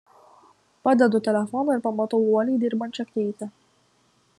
padedu telefoną ir pamatau uoliai dirbančią keitę